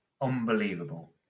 unbelievable